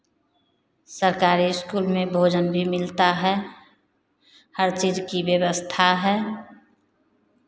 सरकारी स्कूल में भोजन भी मिलता है हर चीज़ की व्यवस्था है